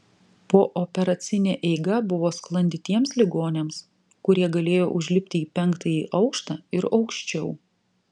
pooperacinė eiga buvo sklandi tiems ligoniams kurie galėjo užlipti į penktąjį aukštą ir aukščiau